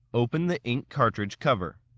open the ink cartridge cover.